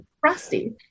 Frosty